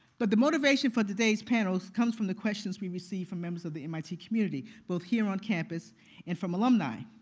but the motivation for today's panel comes from the questions we receive from members of the mit community, both here on campus and from alumni.